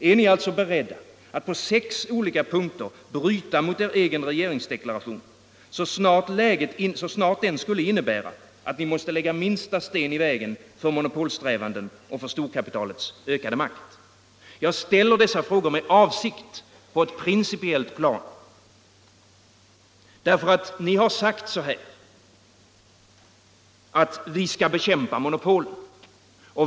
Är ni alltså beredda att på sex olika punkter bryta mot er egen re — Nr 19 geringsdeklaration så snart den skulle innebära att ni måste lägga minsta Torsdagen den sten i vägen för koncentrationssträvanden och monopolkapitalets 'ökade 28 oktober 1976 makt? g Jag ställer dessa frågor med avsikt på ett principiellt plan. Ni har sagt - Om vissa företagsså här: Vi skall bekämpa monopolen!